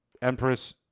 Empress